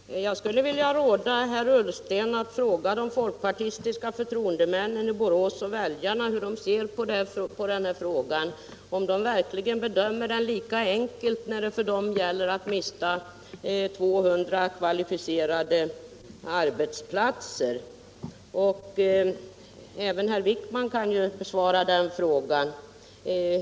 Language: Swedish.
Herr talman! Jag skulle vilja råda herr Ullsten att fråga de folkpartistiska förtroendemännen i Borås och väljarna hur de ser på denna fråga. Bedömer de den verkligen lika enkelt, när det för dem gäller att mista 200 kvalificerade arbetsplatser? Även herr Wijkman kan besvara den frågan.